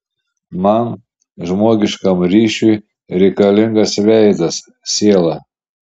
man žmogiškam ryšiui reikalingas veidas siela